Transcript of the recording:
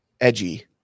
edgy